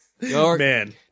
Man